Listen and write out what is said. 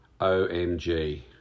OMG